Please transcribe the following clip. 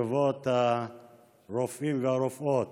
אני דווקא רוצה לברך את רבבות הרופאים והרופאות